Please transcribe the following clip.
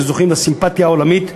וזוכים לסימפתיה עולמית,